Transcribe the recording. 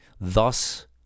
Thus